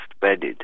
Bedded